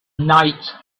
night